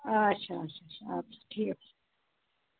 اَچھا اَچھا اَچھا اَدٕ سا ٹھیٖک چھُ